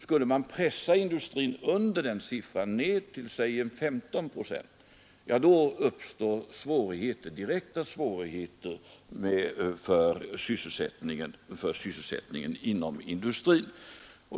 Skulle man pressa industrin under den siffran, ner till 15 procent, uppstår direkta svårigheter med sysselsättningen inom industrin.